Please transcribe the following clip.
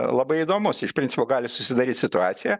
labai įdomus iš principo gali susidaryt situacija